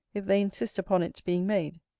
if they insist upon its being made.